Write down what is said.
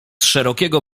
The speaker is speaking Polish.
szerokiego